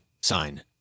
Sign